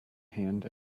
hand